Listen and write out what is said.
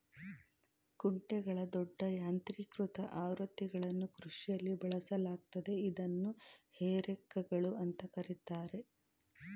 ಕುಂಟೆಗಳ ದೊಡ್ಡ ಯಾಂತ್ರೀಕೃತ ಆವೃತ್ತಿಗಳನ್ನು ಕೃಷಿಯಲ್ಲಿ ಬಳಸಲಾಗ್ತದೆ ಇದನ್ನು ಹೇ ರೇಕ್ಗಳು ಅಂತ ಕರೀತಾರೆ